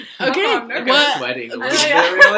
Okay